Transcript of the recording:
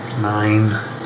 Nine